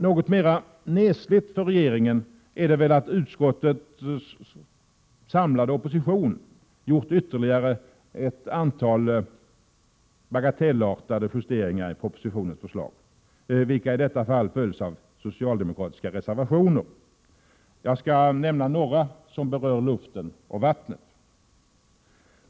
Något mera nesligt för regeringen är väl att utskottets ”samlade opposition” gjort ytterligare ett antal ”bagatellartade” justeringar i propositionens förslag, vilka i detta fall följs av socialdemokratiska reservationer. Jag skall nämna några som berör luften och vattnet.